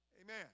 Amen